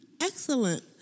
Excellent